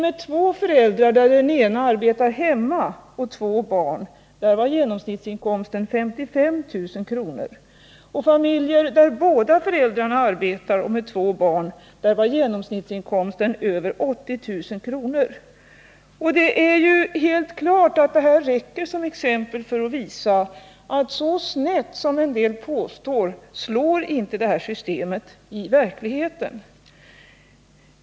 Det är helt klart att detta exempel räcker för att visa att så snett som en del påstår slår inte systemet i verkligheten.